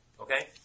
Okay